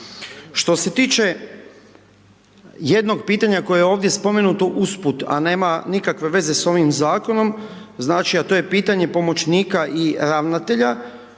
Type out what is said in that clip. Što se tiče jednog pitanja koje je ovdje spomenuto usput a nema nikakve veze sa ovim zakonom znači a to je pitanje pomoćnika i ravnatelja,